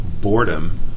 boredom